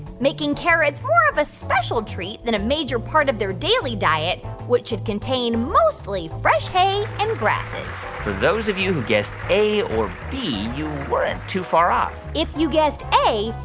making carrots more of a special treat than a major part of their daily diet, which should contain mostly fresh hay and grasses for those of you who guessed a or b, you weren't too far off if you guessed a,